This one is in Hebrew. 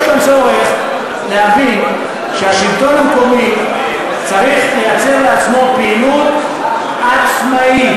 יש כאן צורך להבין שהשלטון המקומי צריך לייצר לעצמו פעילות עצמאית,